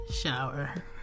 shower